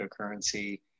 cryptocurrency